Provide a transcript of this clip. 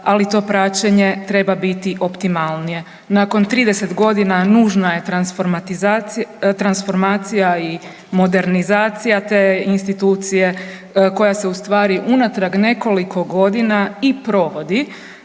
ali to praćenje treba biti optimalnije. Nakon 30.g. nužna je transformacija i modernizacija te institucije koja se u stvari unatrag nekoliko godina i provodi,